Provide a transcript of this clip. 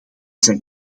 zijn